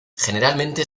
generalmente